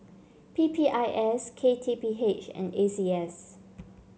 P P I S K T P H and A C S